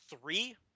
three